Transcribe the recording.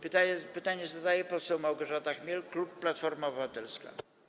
Pytanie zadaje poseł Małgorzata Chmiel, klub Platforma Obywatelska.